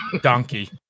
Donkey